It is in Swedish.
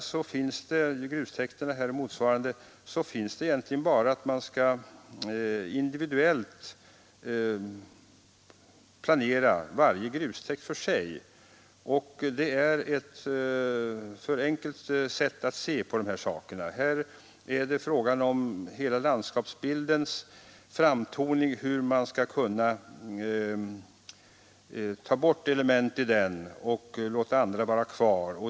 Beträffande grustäkterna finns det egentligen bara stadgat att man individuellt skall planera varje grustäkt för sig, och det är ett för enkelt sätt att se på dessa saker. Här är det fråga om hela landskapets framtoning, om att ta bort några element i landskapet och låta andra vara kvar.